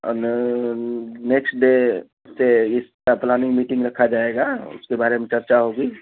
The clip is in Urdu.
اور نیکسٹ ڈے سے اس کا پلاننگ میٹنگ رکھا جائے گا اس کے بارے میں چرچا ہوگی